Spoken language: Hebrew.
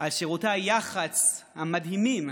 על שירותי היח"צ המדהימים